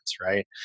right